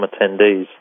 attendees